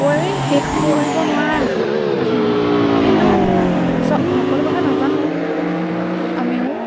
কৈ শেষ কৰিব নোৱাৰা কাহিনী কিন্তু চ সকলো কথা নাজানো আমিও